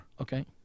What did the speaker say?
Okay